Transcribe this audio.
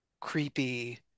creepy